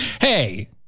Hey